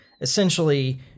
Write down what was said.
essentially